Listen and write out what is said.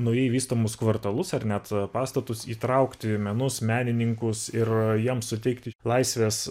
naujai vystomus kvartalus ar net pastatus įtraukti menus menininkus ir jiems suteikti laisvės